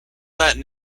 that